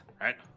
right